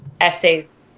essays